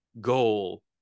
goal